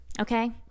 Okay